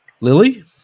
Lily